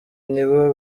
nibo